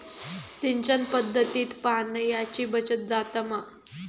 सिंचन पध्दतीत पाणयाची बचत जाता मा?